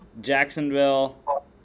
Jacksonville